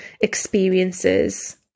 experiences